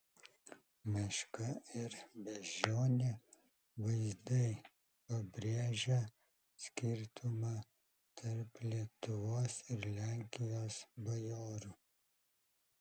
meška ir beždžionė vaizdai pabrėžią skirtumą tarp lietuvos ir lenkijos bajorų